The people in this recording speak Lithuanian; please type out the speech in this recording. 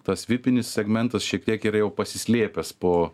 tas vipinis segmentas šiek tiek yra jau pasislėpęs po